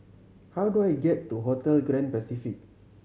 how do I get to Hotel Grand Pacific